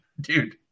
dude